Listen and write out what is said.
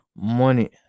Money